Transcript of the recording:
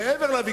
אני אומר לך,